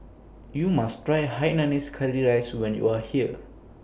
YOU must Try Hainanese Curry Rice when YOU Are here